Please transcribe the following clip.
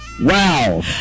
Wow